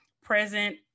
present